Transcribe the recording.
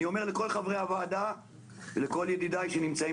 אני אומר לכל חברי הוועדה ולכל ידידיי שנמצאים